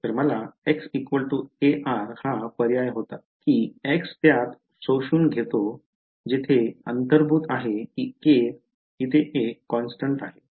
तर मला x kr हा पर्याय होता की x त्यात शोषून घेतो जेथे अंतर्भूत आहे कि K इथे एक कॉन्स्टन्ट आहे